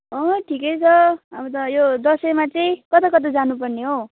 अँ ठिकै छ अब त यो दसैँमा चाहिँ कता कता जानुपर्ने हो